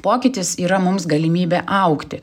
pokytis yra mums galimybė augti